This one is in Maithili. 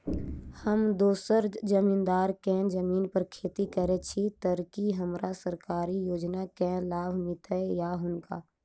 हम दोसर जमींदार केँ जमीन पर खेती करै छी तऽ की हमरा सरकारी योजना केँ लाभ मीलतय या हुनका?